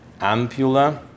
ampulla